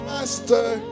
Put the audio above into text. Master